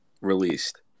released